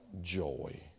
joy